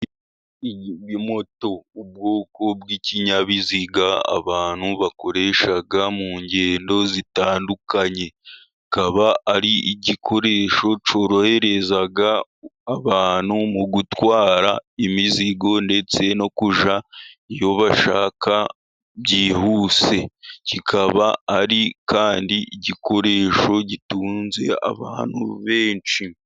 Moto, ubwoko bw'ikinyabiziga abantu bakoresha mu ngendo zitandukanye, kikaba ari igikoresho cyorohereza abantu mu gutwara imizigo ndetse no kujya iyo bashaka byihuse, kikaba ari kandi igikoresho gitunze abantu benshi.